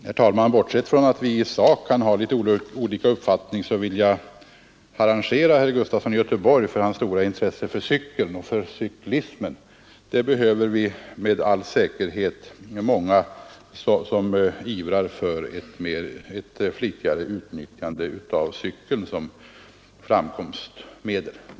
Herr talman! Bortsett från att vi i sak kan ha litet olika uppfattning så vill jag harangera herr Gustafson i Göteborg för hans stora intresse för cykeln och för cyklismen. Vi behöver med all säkerhet många som ivrar för flitigare utnyttjande av cykeln som fortskaffningsmedel.